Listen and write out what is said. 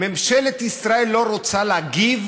ממשלת ישראל לא רוצה להגיב